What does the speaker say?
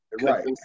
Right